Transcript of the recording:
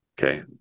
Okay